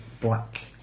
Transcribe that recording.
black